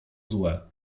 złe